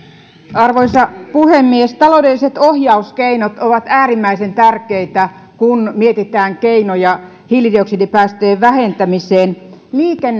arvoisa puhemies taloudelliset ohjauskeinot ovat äärimmäisen tärkeitä kun mietitään keinoja hiilidioksidipäästöjen vähentämiseen